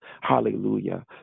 Hallelujah